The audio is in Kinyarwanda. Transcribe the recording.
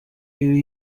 ibi